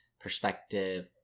perspective